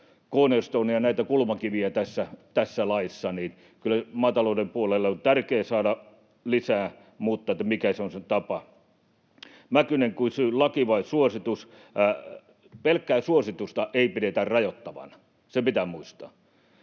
näitä kulmakiviä tässä laissa, niin kyllä maatalouden puolelle on tärkeää saada lisää, mutta mikä on se tapa? Mäkynen kysyi: laki vai suositus? Pelkkää suositusta ei pidetä rajoittavana, se pitää muistaa.